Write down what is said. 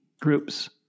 groups